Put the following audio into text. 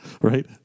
right